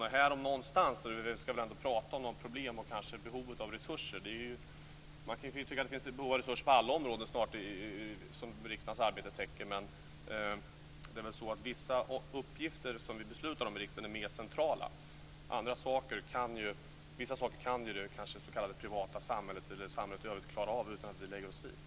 Och här om någonstans ska vi väl ändå tala om de problem som finns och kanske om behovet av resurser. Man kan ju tycka att det finns ett behov av resurser på alla områden som riksdagens arbete täcker. Men vissa uppgifter som vi beslutar om i riksdagen är mer centrala. Vissa saker kan ju kanske det s.k. privata samhället eller samhället i övrigt klara av utan att vi lägger oss i.